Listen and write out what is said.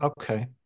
okay